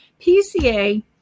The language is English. PCA